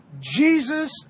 Jesus